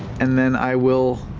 and then i will.